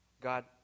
God